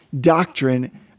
doctrine